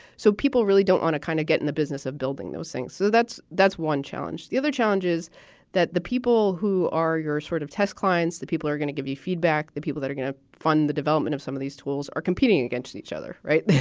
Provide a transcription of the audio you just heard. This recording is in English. so people really don't want to kind of get in the business of building those things. so that's that's one challenge. the other challenges that the people who are your sort of test clients, that people are going to give you feedback. the people that are going to fund the development of some of these tools are competing against each other. right.